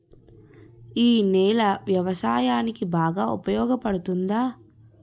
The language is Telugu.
ఈ నేల వ్యవసాయానికి బాగా ఉపయోగపడుతుందా?